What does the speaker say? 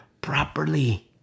properly